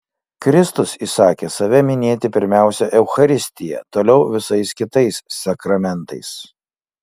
kristus įsakė save minėti pirmiausia eucharistija toliau visais kitais sakramentais